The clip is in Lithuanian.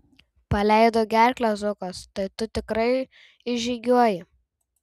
paleido gerklę zukas tai tu tikrai išžygiuoji